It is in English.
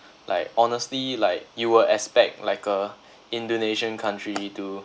like honestly like you would expect like a indonesian country to